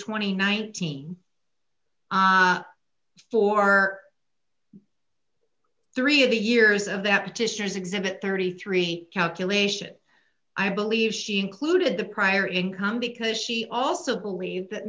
and nineteen for three of the years of that petitioners exhibit thirty three calculation i believe she included the prior income because she also believe that